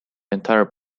entire